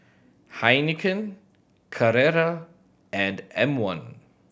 Heinekein Carrera and M One